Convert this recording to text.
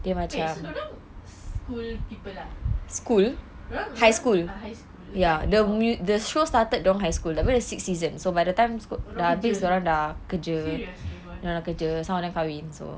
wait so dia orang school people lah dia orang ah high school ya dia orang kerja serious